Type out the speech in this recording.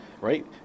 right